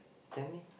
tell me